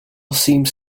seems